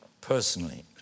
personally